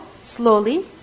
slowly